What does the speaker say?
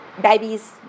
babies